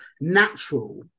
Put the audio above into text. natural